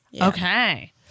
Okay